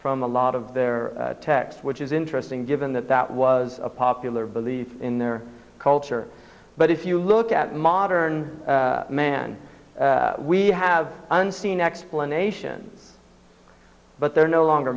from a lot of their texts which is interesting given that that was a popular belief in their culture but if you look at modern man we have seen explanation but they're no longer